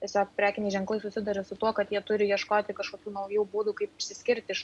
tiesiog prekiniai ženklai susiduria su tuo kad jie turi ieškoti kažkokių naujų būdų kaip išsiskirti iš